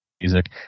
music